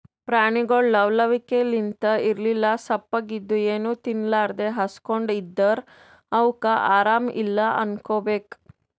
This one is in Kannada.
ಪ್ರಾಣಿಗೊಳ್ ಲವ್ ಲವಿಕೆಲಿಂತ್ ಇರ್ಲಿಲ್ಲ ಸಪ್ಪಗ್ ಇದ್ದು ಏನೂ ತಿನ್ಲಾರದೇ ಹಸ್ಕೊಂಡ್ ಇದ್ದರ್ ಅವಕ್ಕ್ ಆರಾಮ್ ಇಲ್ಲಾ ಅನ್ಕೋಬೇಕ್